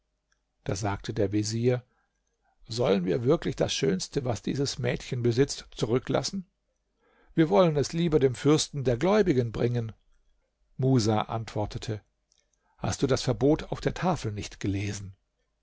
da sagte der vezier sollen wir wirklich das schönste was dieses mädchen besitzt zurücklassen wir wollen es lieber dem fürsten der gläubigen bringen musa antwortete hast du das verbot auf der tafel nicht gelesen